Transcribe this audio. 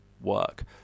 work